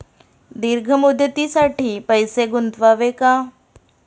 दीर्घ मुदतीसाठी पैसे गुंतवावे का?